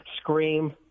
scream